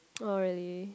oh really